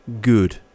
good